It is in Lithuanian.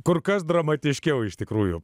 kur kas dramatiškiau iš tikrųjų